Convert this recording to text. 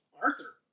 Arthur